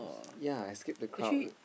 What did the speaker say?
yea escape the crowd